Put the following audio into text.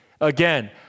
Again